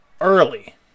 early